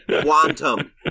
Quantum